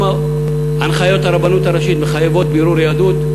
אם הנחיות הרבנות הראשית מחייבות בירור יהדות,